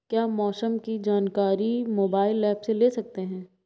क्या मौसम की जानकारी मोबाइल ऐप से ले सकते हैं?